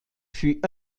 fut